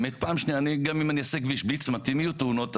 השאלה היא פחות רלוונטית.